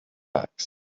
backs